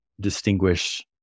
distinguish